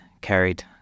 carried